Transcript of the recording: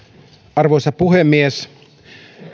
arvoisa puhemies